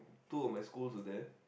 two of my schools are there